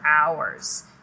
hours